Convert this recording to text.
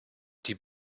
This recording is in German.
die